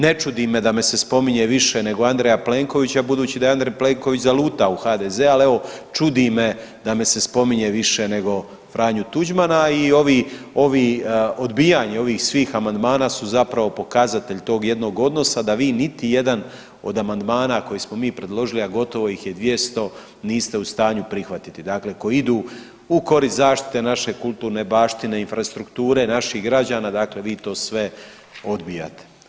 Ne čudi me da me se spominje više nego Andreja Plenkovića budući da je Andrej Plenković zalutao u HDZ, ali evo čudi me da me se spominje više nego Franju Tuđmana i ovi odbijanje ovih svih amandmana su zapravo pokazatelj tog jednog odnosa da vi niti jedan od amandmana koje smo mi predložili, a gotovo ih je 200 niste u stanju prihvatiti, dakle koji idu korist zaštite naše kulturne baštine, infrastrukture naših građana dakle vi to sve odbijate.